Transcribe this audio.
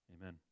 Amen